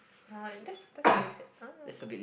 !huh! that's that's very sad ah